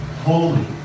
holy